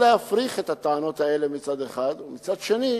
להפריך את הטענות האלה מצד אחד, ומצד שני,